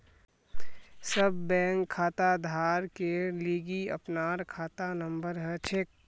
सब बैंक खाताधारकेर लिगी अपनार खाता नंबर हछेक